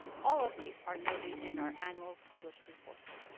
all of these are noted in our annual published reports.